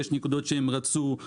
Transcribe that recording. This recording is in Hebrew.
יש נקודות שנעלמו,